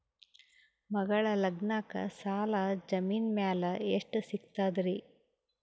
ಮಗಳ ಲಗ್ನಕ್ಕ ಸಾಲ ಜಮೀನ ಮ್ಯಾಲ ಎಷ್ಟ ಸಿಗ್ತದ್ರಿ?